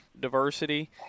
diversity